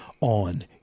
on